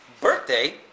birthday